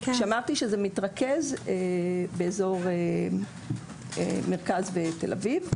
אמרתי שזה מתרכז באזור המרכז ותל אביב.